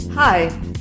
Hi